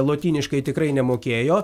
lotyniškai tikrai nemokėjo